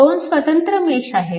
दोन स्वतंत्र मेश आहेत